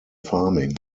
farming